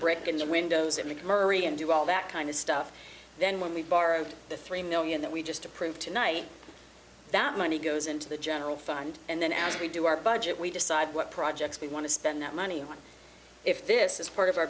and windows it mcmurry and do all that kind of stuff then when we borrowed the three million that we just approved tonight that money goes into the general fund and then as we do our budget we decide what projects we want to spend that money on if this is part of our